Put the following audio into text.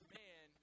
man